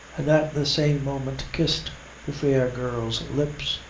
and at the same moment kissed the fair girl's lips,